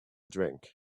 drink